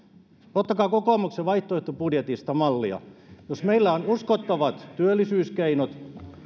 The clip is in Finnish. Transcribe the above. ottakaa kokoomuksen vaihtoehtobudjetista mallia jos meillä on uskottavat työllisyyskeinot